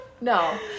No